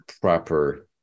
proper